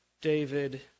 David